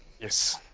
Yes